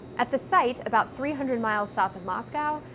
at the site about three hundred miles south of moscow,